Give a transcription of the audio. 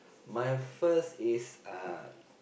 my first is uh